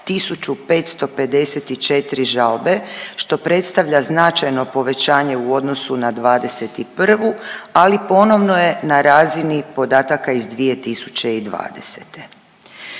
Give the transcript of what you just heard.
1.554 žalbe što predstavlja značajno povećanje u odnosu na '21., ali ponovno je na razini podataka iz 2020.